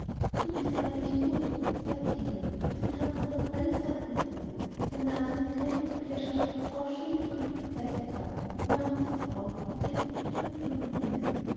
du bist gar nicht gut sagte ida und sie tanzten doch allesamt mit dir dann nahm sie eine kleine papierschachtel worauf schöne vögel gezeichnet waren die machte sie auf und legte die toten blumen hinein